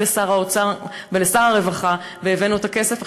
לשר האוצר ולשר הרווחה והבאנו את הכסף.